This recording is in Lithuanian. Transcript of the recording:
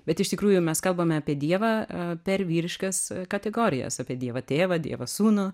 bet iš tikrųjų mes kalbame apie dievą per vyriškas kategorijas apie dievą tėvą dievą sūnų